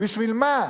בשביל מה?